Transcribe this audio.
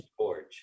George